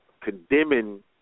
condemning